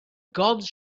gods